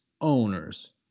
owners